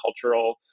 cultural